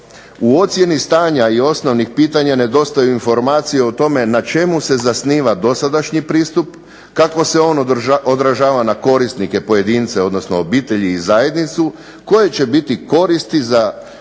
U ocjeni stanja i osnovnih pitanja nedostaju informacije o tome na čemu se zasniva dosadašnji pristup, kako se on odražava na korisnike, pojedince, odnosno obitelji i zajednicu, koje će biti koristi za